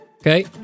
okay